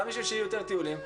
גם בשביל שיהיו יותר טיולים,